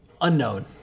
Unknown